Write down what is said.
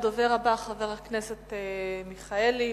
הדובר הבא, חבר הכנסת אברהם מיכאלי.